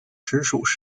直属